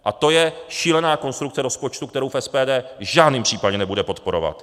A to je šílená konstrukce rozpočtu, kterou SPD v žádném případě nebude podporovat.